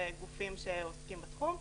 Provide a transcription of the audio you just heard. נציבות שוויון זכויות ועם גופים שעוסקים בתחום.